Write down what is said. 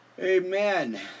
Amen